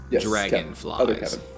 Dragonflies